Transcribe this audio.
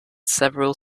several